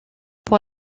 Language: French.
pour